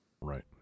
Right